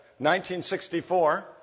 1964